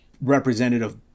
representative